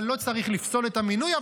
אבל לא צריך לפסול את המינוי.